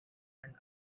and